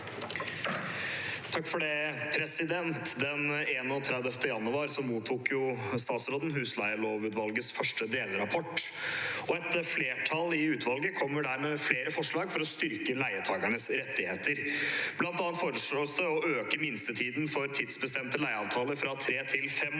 Lund (R) «Den 31. januar mottok statsråden Husleielovutvalgets første delrapport. Et flertall i utvalget kommer der med flere forslag for å styrke leietakernes rettigheter. Blant annet foreslås det å øke minstetiden for tidsbestemte leieavtaler fra tre til fem år,